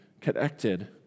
connected